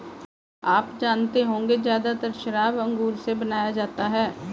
आप जानते होंगे ज़्यादातर शराब अंगूर से बनाया जाता है